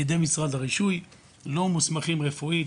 פקידי משרד הרישוי לא מוסמכים רפואית.